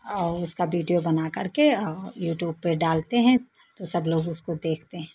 और उसका बीडीयो बना करके ओ यूट्यूब पे डालते हैं तो सब लोग उसको देखते हैं